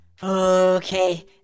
okay